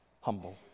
humble